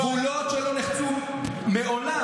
גבולות שלא נחצו מעולם.